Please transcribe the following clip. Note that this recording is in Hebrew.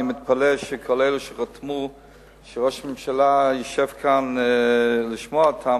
אני מתפלא שכל אלה שחתמו שראש הממשלה ישב כאן לשמוע אותם,